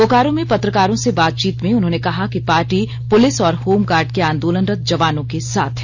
बोकारो में पत्रकारों से बातचीत में उन्होंने कहा कि पार्टी पुलिस और होमगार्ड के आंदोलनरत जवानों के साथ है